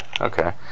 okay